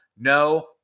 no